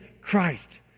Christ